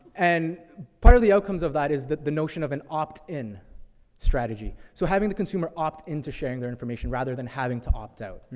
and part of the outcomes of that is the, the notion of an opt-in strategy. so having the consumer opt-in to sharing their information, rather than having to opt-out. you